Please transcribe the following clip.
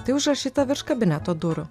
tai užrašyta virš kabineto durų